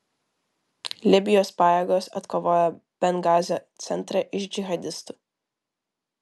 libijos pajėgos atkovojo bengazio centrą iš džihadistų